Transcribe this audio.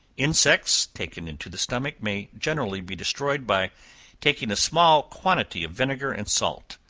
insects taken into the stomach, may generally be destroyed by taking a small quantity of vinegar and salt.